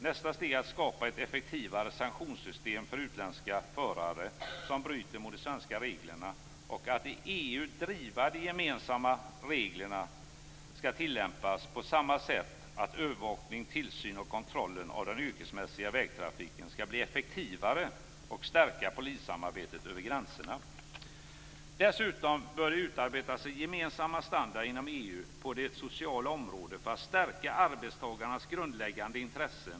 Nästa steg är att skapa ett effektivare sanktionssystem för utländska förare som bryter mot de svenska reglerna och att i EU driva att de gemensamma reglerna skall tillämpas på samma sätt, att övervakning, tillsyn och kontroll av den yrkesmässiga vägtrafiken skall bli effektivare och att stärka polissamarbetet över gränserna. Dessutom bör det utarbetas gemensamma standarder inom EU på det sociala området för att stärka arbetstagarnas grundläggande intressen.